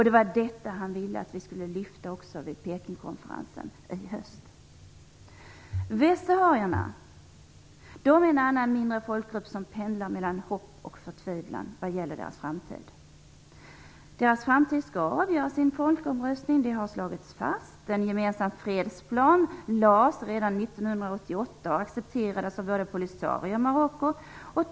Det var också detta han ville att vi skulle lyfta fram vid Pekingkonferensen i höst. Västsaharierna utgör en annan mindre folkgrupp som pendlar mellan hopp och förtvivlan vad gäller framtiden. Deras framtid skall avgöras i en folkomröstning. Det har slagits fast. En gemensam fredsplan lades fram redan 1988 och accepterades av både Polisario och Marocko.